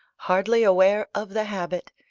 hardly aware of the habit,